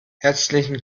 herzlichen